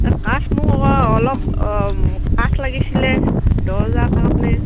কাঠ মোক আকৌ অলপ কাঠ লাগিছিলে দৰ্জাৰ কাৰণে